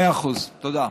מאה אחוז, תודה.